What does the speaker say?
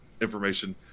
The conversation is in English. information